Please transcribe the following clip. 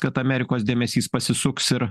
kad amerikos dėmesys pasisuks ir